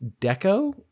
Deco